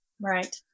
Right